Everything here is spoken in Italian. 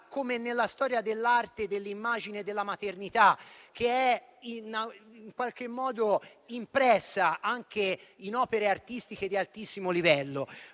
come nella storia dell'arte, dell'immagine della maternità, che in qualche modo è impressa anche in opere artistiche di altissimo livello.